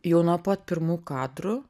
jau nuo pat pirmų kadrų